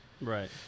Right